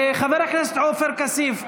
חבר הכנסת עופר כסיף,